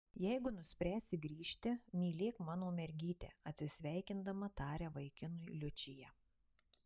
jeigu nuspręsi grįžti mylėk mano mergytę atsisveikindama taria vaikinui liučija